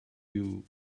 you